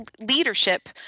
leadership